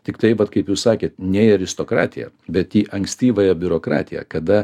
tiktai vat kaip jūs sakėt ne į aristokratiją bet į ankstyvąją biurokratiją kada